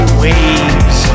waves